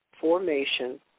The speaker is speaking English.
formation